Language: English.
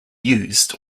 used